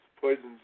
poisons